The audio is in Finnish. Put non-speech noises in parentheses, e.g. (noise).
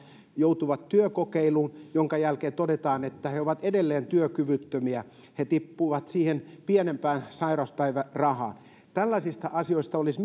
joutuvat työkokeiluun jonka jälkeen todetaan että he ovat edelleen työkyvyttömiä he tippuvat siihen pienempään sairauspäivärahaan tällaisista asioista olisi (unintelligible)